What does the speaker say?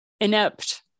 inept